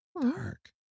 Dark